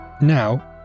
Now